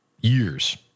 years